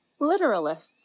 literalists